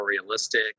realistic